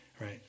right